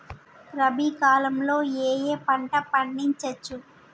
రబీ కాలంలో ఏ ఏ పంట పండించచ్చు?